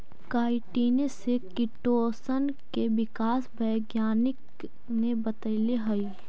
काईटिने से किटोशन के विकास वैज्ञानिक ने बतैले हई